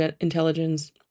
intelligence